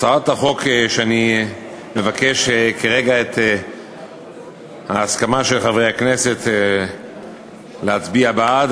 הצעת החוק שאני מבקש כרגע מחברי הכנסת להצביע בעדה